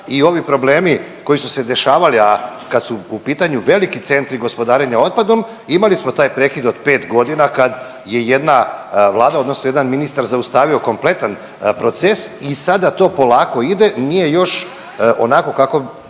I ovi problemi koji su se dešavali, a kad su u pitanju veliki centri gospodarenja otpadom imali smo taj prekid od 5 godina kad je jedna vlada odnosno jedan ministar zaustavio kompletan proces i sada to polako ide, nije još onako kako